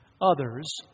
others